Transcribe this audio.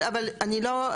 אבל אני לא,